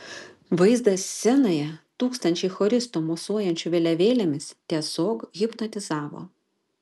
vaizdas scenoje tūkstančiai choristų mosuojančių vėliavėlėmis tiesiog hipnotizavo